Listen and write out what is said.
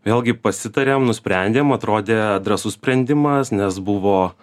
vėlgi pasitarėm nusprendėm atrodė drąsus sprendimas nes buvo